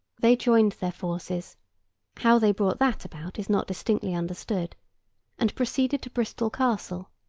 they joined their forces how they brought that about, is not distinctly understood and proceeded to bristol castle,